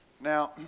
Now